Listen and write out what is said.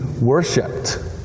worshipped